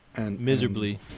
Miserably